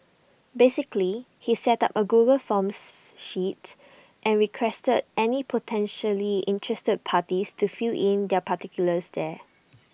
basically he set up A Google forms sheets and requested any potentially interested parties to fill in their particulars there